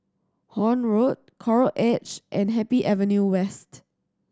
Horne Road Coral Edge and Happy Avenue West